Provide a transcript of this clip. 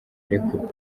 arekurwa